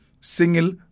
single